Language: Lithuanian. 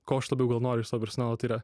ko aš labiau noriu iš savo personalo tai yra